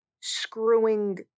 screwing